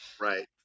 right